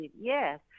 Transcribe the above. Yes